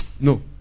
No